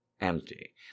empty